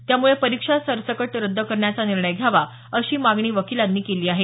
त्यामुळे परीक्षा सरसकट रद्द करण्याचा निर्णय घ्यावा अशी मागणी वकिलांनी केली आहे